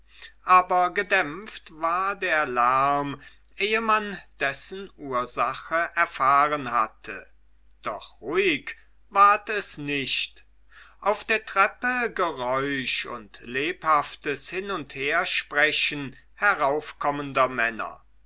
aber gedämpft war der lärm ehe man dessen ursache erfahren hatte doch ruhig ward es nicht auf der treppe geräusch und lebhaftes hin und hersprechen heraufkommender männer